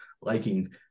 liking